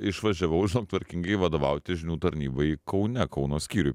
išvažiavau žinok tvarkingai vadovauti žinių tarnybai kaune kauno skyriui